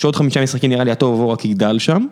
שעוד חמישה משחקים נראה לי הטוב, הוא רק יגדל שם.